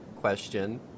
question